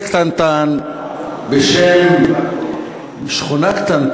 דורשים, יש לך חדשה מרעישה.